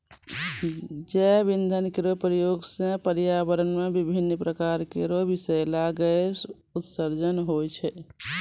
जैव इंधन केरो प्रयोग सँ पर्यावरण म विभिन्न प्रकार केरो बिसैला गैस उत्सर्जन होय छै